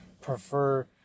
prefer